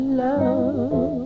love